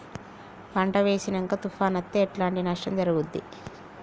పంట వేసినంక తుఫాను అత్తే ఎట్లాంటి నష్టం జరుగుద్ది?